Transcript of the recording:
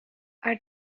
are